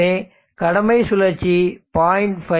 எனவே கடமை சுழற்சி 0